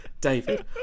David